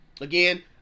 again